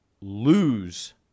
lose